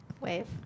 wave